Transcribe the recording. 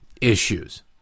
issues